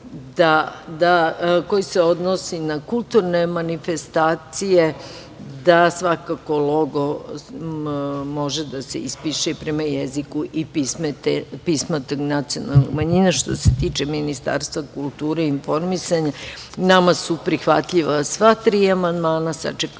koji se odnosi na kulturne manifestacije, da svakako logo može da se ispiše prema jeziku i pismu te nacionalne manjine. Što se tiče Ministarstva kulture i informisanja, nama su prihvatljiva sva tri amandmana. Sačekaćemo